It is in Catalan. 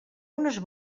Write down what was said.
unes